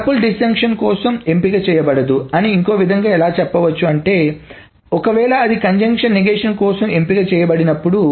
tuple disjunction కోసం ఎంపిక చేయబడదు అని ఇంకో విధంగా ఎలా చెప్పవచ్చు అంటే ఒకవేళ అది కంజంక్షన్ నగేష్షన్ కోసం ఎంపిక చేయబడినప్పుడు